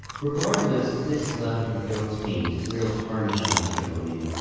regardless this left a real taint real tarnished on mr. modi.